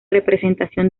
representación